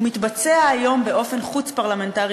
הוא מתבצע היום באופן חוץ-פרלמנטרי,